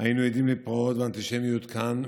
היינו עדים לפרעות ואנטישמיות כאן,